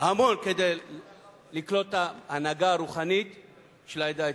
המון כדי לקלוט את ההנהגה הרוחנית של העדה האתיופית.